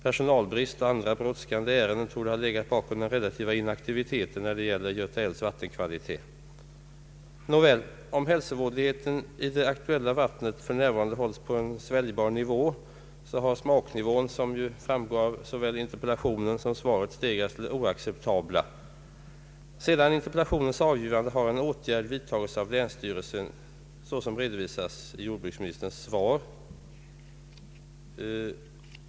Personalbrist och andra brådskande ärenden torde ha legat bakom den relativa inaktiviteten vad beträffar Göta älvs vattenkvalitet. tuella vattnet för närvarande hålls på en sväljbar nivå har smaknivån, såsom framgår av såväl interpellationen som svaret, stegrats till det oacceptabla. Sedan interpellationen framställdes har en åtgärd vidtagits av länsstyrelsen, såsom redovisas i jordbruksministerns svar.